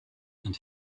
and